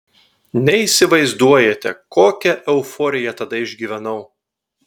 neįsivaizduojate kokią euforiją tada išgyvenau